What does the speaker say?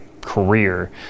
career